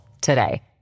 today